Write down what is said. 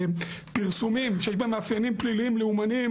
בפרסומים שיש בהם מאפיינים פליליים-לאומניים